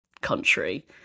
country